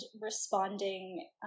responding